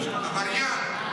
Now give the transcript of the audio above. עבריין.